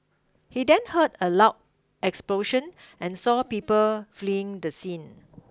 he then heard a loud explosion and saw people fleeing the scene